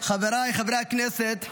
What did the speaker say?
חבריי חברי הכנסת.